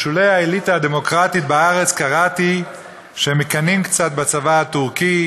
בשולי האליטה הדמוקרטית ב"הארץ" קראתי שהם מקנאים קצת בצבא הטורקי